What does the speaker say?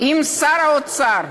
אם שר האוצר,